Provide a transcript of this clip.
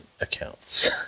accounts